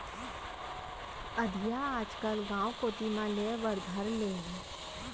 अधिया आजकल गॉंव कोती म लेय बर धर ले हें